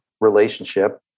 relationship